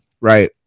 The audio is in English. right